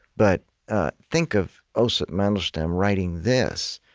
but think of osip mandelstam writing this,